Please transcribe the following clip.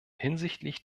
hinsichtlich